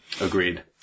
Agreed